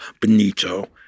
Benito